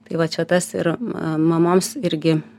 tai va čia tas ir mamoms irgi